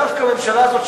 דווקא הממשלה הזאת,